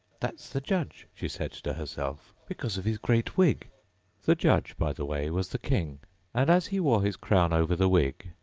that's the judge she said to herself, because of his great wig the judge, by the way, was the king and as he wore his crown over the wig,